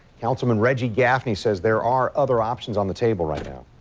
councilman reggie. gaffney says there are other options on the table right now.